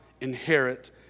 Inherit